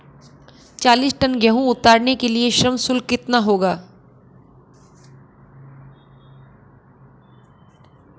चालीस टन गेहूँ उतारने के लिए श्रम शुल्क क्या होगा?